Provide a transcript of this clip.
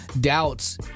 doubts